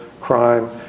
crime